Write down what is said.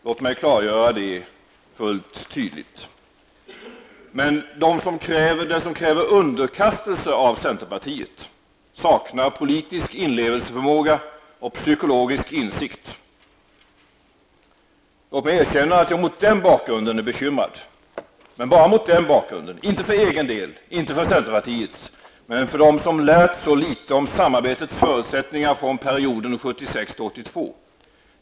Låt mig klargöra det fullt tydligt. Men den som kräver underkastelse av centerpartiet saknar politisk inlevelseförmåga och psykologisk insikt. Låt mig erkänna att jag mot den bakgrunden är bekymrad, men bara mot den bakgrunden, inte för egen del, inte för centerpartiets del men för dem som lärt så litet om samarbetets förutsättningar från perioden 1976-- 1982.